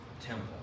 temple